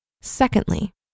Secondly